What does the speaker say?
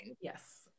Yes